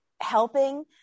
helping